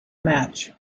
match